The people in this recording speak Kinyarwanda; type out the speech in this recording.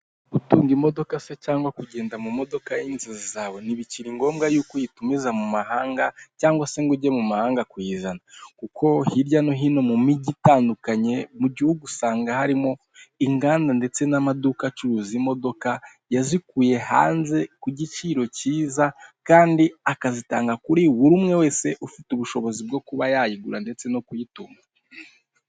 Gutunga imodoka se cyangwa kugenda mu modoka y'inzozi zawe ntibikiri ngombwa yuko uyitumiza mu mahanga cyangwa se ngo ujye mu mahanga kuyizana, kuko hirya no hino mu mijyi itandukanye, mu gihugu usanga harimo inganda ndetse n'amaduka acuruza imodoka, yazikuye hanze ku giciro cyiza kandi akazitanga kuri buri umwe wese ufite ubushobozi bwo kuba yayigura ndetse no kuyitunga.